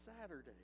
Saturday